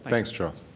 thanks, charles.